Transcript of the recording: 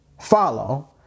follow